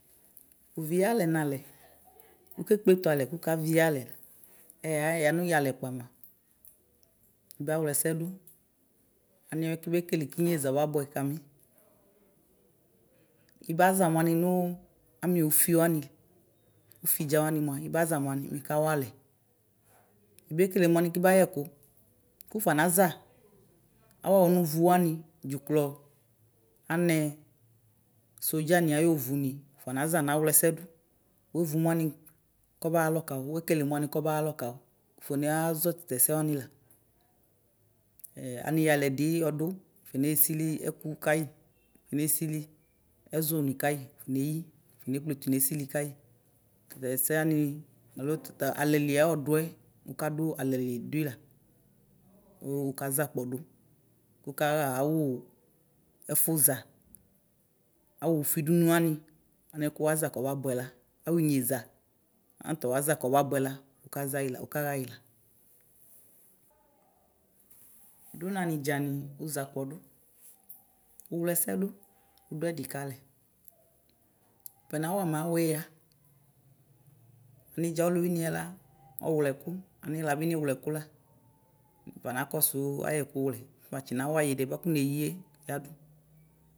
Uvi iyalɛ nalɛ wukekpletʋ alɛ kʋ ʋkavi iyalɛ nɛla ɛxaya nʋ yani yalɛ ʋkpamʋa ʋbawlaɛsɛdʋ anɛ ibekele ku inyaza ɔbabʋɛ kami ibaza mʋani nʋ ami ʋfiwani ufidzawani nʋa ibaza mʋani mikawalɛ ibekele mʋani kibayɛkʋ kufɔ naza awʋ ɔnʋvʋ wani dzuklɔ anɛ sojani ayɔ vʋni wʋfɔnaza nawlɛsɛ dʋ wʋevʋ mʋani kɔbaxa alɔ kawʋ wekele mʋani kɔbaxalɔ kawʋ ʋfɔnazɔ tatu ɛsɛ wani la ɛ aniyalɛ di ɔdʋ nafɔne sili ɛku kayi nafɔ nesili kayi tatu ɛsɛ wani alo tatu alɛli ayʋ ɔdʋɛ wakadʋ alali duila go wakaza kpɔdʋ kʋ wʋkaɣa awʋ ɛfʋza awʋfi dʋnʋ wani anɛku wʋbaza kɔbabʋɛ la awʋ inyeza anʋtɔbaza anidza ɔluwiniɛla ɔwlɛ ɛku aniɣlabiniwlɛ ɛkʋla nifɔ nakɔsu ayɛkʋwlɛ nafɔ nawayi ɛdiɛ bʋakʋ neyie yadʋ.